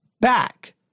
back